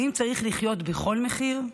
האם צריך לחיות בכל מחיר?